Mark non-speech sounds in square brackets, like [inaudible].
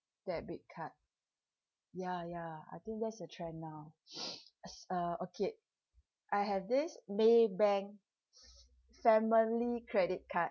debit card ya ya I think that's the trend now [noise] s~ uh okay I have this maybank [breath] family credit card